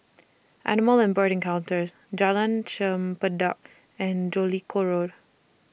Animal and Bird Encounters Jalan Chempedak and Jellicoe Road